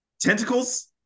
Tentacles